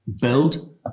build